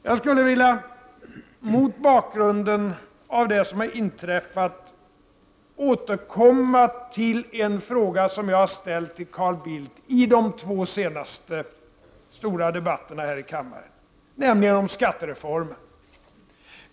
Jag skulle vilja mot bakgrunden av det som har inträffat återkomma till en fråga som jag har ställt till Carl Bildt i de två senaste stora debatterna här i kammaren, nämligen om skattereformen.